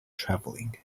traveling